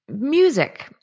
music